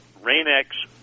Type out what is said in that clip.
Rain-X